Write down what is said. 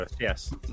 Yes